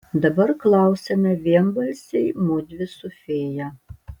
dabar klausiame vienbalsiai mudvi su fėja